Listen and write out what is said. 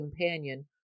companion